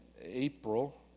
April